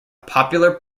popular